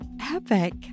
epic